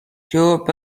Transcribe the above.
durable